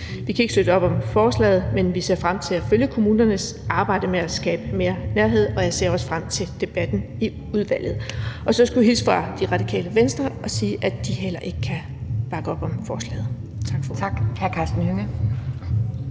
Vi kan ikke støtte op om forslaget, men vi ser frem til at følge kommunernes arbejde med at skabe mere nærhed, og jeg ser også frem til debatten i udvalget. Og så skulle jeg hilse fra Det Radikale Venstre og sige, at de heller ikke kan bakke op om forslaget. Tak for ordet. Kl. 17:52 Anden